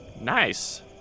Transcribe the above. Nice